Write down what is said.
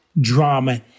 drama